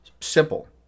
Simple